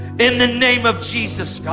in the name of jesus, god.